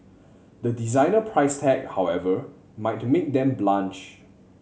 the designer price tag however might make them blanch